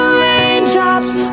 raindrops